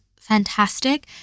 fantastic